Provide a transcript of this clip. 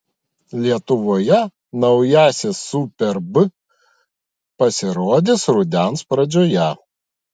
lietuvoje naujasis superb pasirodys rudens pradžioje